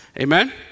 Amen